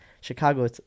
Chicago